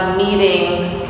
meetings